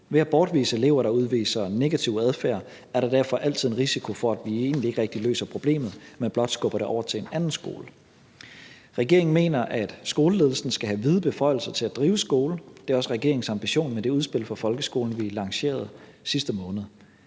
Ved at bortvise elever, der udviser negativ adfærd, er der derfor altid en risiko for, at vi egentlig ikke rigtig løser problemet, men blot skubber det over til en anden skole. Regeringen mener, at skoleledelsen skal have vide beføjelser til at drive skole, og det er også regeringens ambition med det udspil for folkeskolen, vi lancerede sidste måned.